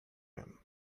him